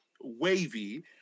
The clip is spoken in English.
wavy